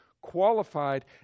qualified